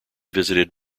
visited